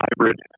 hybrid